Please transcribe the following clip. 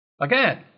Again